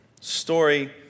Story